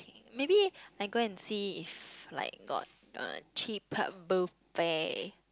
maybe I go and see if like got a cheaper buffet